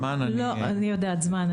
זמן אני -- אני יודעת זמן,